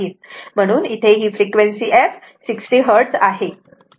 म्हणून इथे frequency F 60 Hz आहे